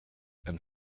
and